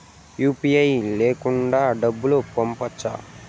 UPI లేకుండా డబ్బు పంపొచ్చా